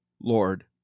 Lord